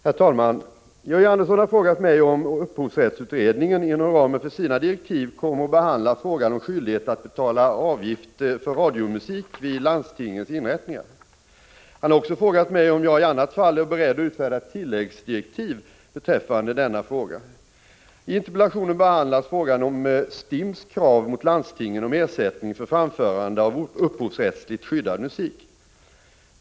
Herr talman! Georg Andersson har frågat mig om upphovsrättsutredningen inom ramen för sina direktiv kommer att behandla frågan om skyldighet att betala avgift för radiomusik vid landstingens inrättningar. Han har också frågat mig om jag i annat fall är beredd att utfärda tilläggsdirektiv beträffande denna fråga. I interpellationen behandlas frågan om STIM:s krav mot landstingen om ersättning för framförande av upphovsrättsligt skyddad musik.